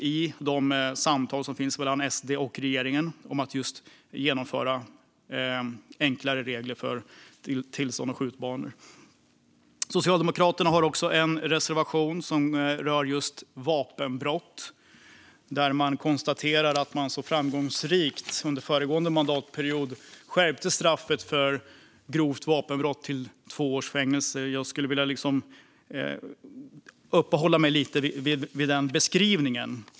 I de samtal som förs mellan SD och regeringen finns det upptaget att man ska genomföra enklare regler för tillsyn av skjutbanor. Socialdemokraterna har en reservation som rör vapenbrott. Där konstaterar man att man under föregående mandatperiod framgångsrikt höjde straffet för grovt vapenbrott till två års fängelse. Jag skulle vilja uppehålla mig lite vid den beskrivningen.